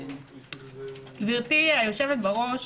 גבירתי היו"ר,